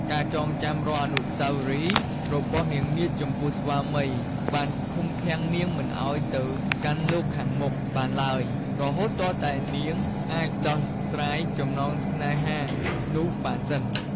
ការចងចាំរាល់អនុស្សវរីរបស់នាងនាថចំពោះស្វាមី បានឃុំឃាំងនាងមិនឱ្យទៅកាន់លោកខាងមុខបានឡើយ រហូតទាល់តែនាងអាចដោះស្រាយចំណងស្នេហានោះបានសិន ។